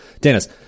Dennis